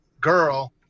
girl